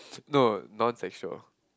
no non sexual